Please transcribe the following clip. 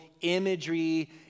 imagery